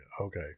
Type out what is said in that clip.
okay